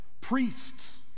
priests